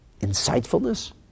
insightfulness